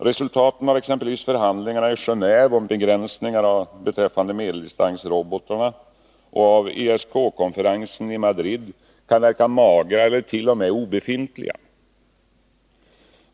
Resultaten av exempelvis förhandlingarna i Genåve om begränsningar beträffande medeldistansrobotar na och av ESK-konferensen i Madrid kan verka magra eller t.o.m. obefintliga.